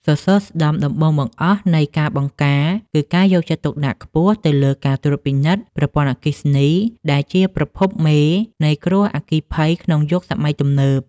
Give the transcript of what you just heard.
សសរស្ដម្ភដំបូងបង្អស់នៃការបង្ការ គឺការយកចិត្តទុកដាក់ខ្ពស់ទៅលើការត្រួតពិនិត្យប្រព័ន្ធអគ្គិសនី ដែលជាប្រភពមេនៃគ្រោះអគ្គីភ័យក្នុងយុគសម័យទំនើប។